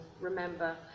remember